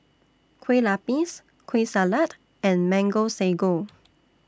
Kueh Lapis Kueh Salat and Mango Sago